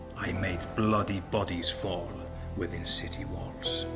i made bloody bodies fall within city walls.